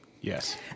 Yes